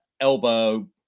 elbow